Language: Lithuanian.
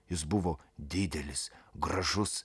jis buvo didelis gražus